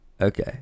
Okay